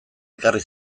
ekarri